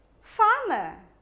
farmer